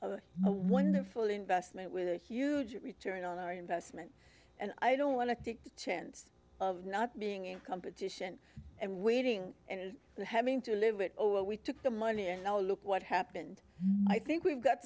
a wonderful investment with a huge return on our investment and i don't want to take the chance of not being in competition and waiting and having to live it over we took the money and now look what happened i think we've got